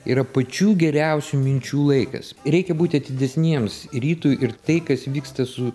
yra pačių geriausių minčių laikas reikia būti atidesniems rytui ir tai kas vyksta su